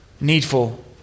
Needful